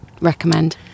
recommend